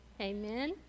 Amen